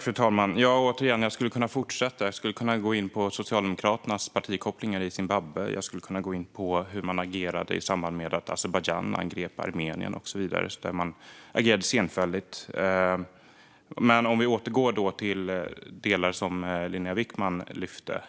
Fru talman! Återigen: Jag skulle kunna fortsätta. Jag skulle kunna gå in på Socialdemokraternas partikopplingar i Zimbabwe. Jag skulle kunna gå in på hur man agerade i samband med att Azerbajdzjan angrep Armenien och så vidare. Man agerade senfärdigt. Men vi kan återgå till delar som Linnéa Wickman lyfte,